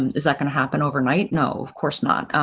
is that going to happen overnight? no, of course not.